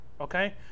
Okay